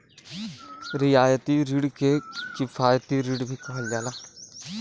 रियायती रिण के किफायती रिण भी कहल जाला